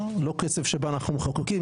לא קצב שבו אנחנו מחוקקים,